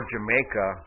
Jamaica